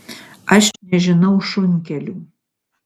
aš nežinau šunkelių